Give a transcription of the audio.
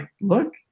look